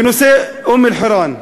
בנושא אום-אלחיראן,